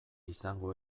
izango